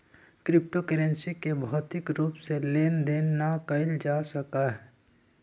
crypto currency के भौतिक रूप से लेन देन न कएल जा सकइय